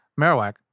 Marowak